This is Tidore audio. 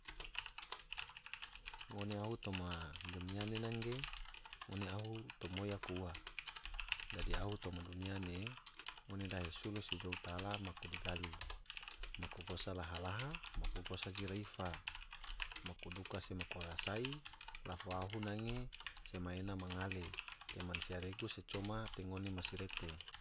Ngone ahu toma dunia nena ge ngone ahu tomoi aku ua, dadi ahu toma dunia ne ngone dahe sulo se jou taala maku digali, maku gosa laha laha, maku gosa jira ifa, maku duka se maku rasai la fo ahu nange sema ena na ngale te mansia regu se coma te ngone masirete.